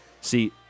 See